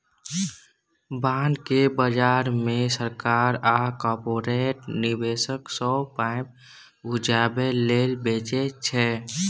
bond केँ बजार मे सरकार आ कारपोरेट निबेशक सँ पाइ उठाबै लेल बेचै छै